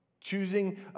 Choosing